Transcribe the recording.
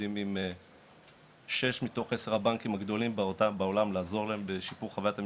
עובדים עם שש מתוך עשר הבנקים בעולם לעזור להם בשימוש חוויית המשתמש.